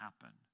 happen